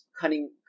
cunning